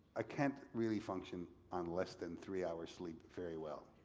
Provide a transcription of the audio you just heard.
i can't really function on less than three hours sleep very well.